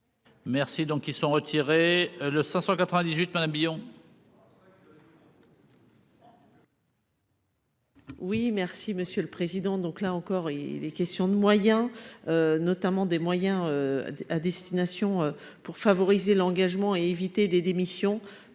Merci donc ils sont retirés le 598 madame Mabillon.